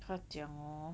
他讲 hor